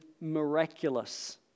miraculous